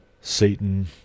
Satan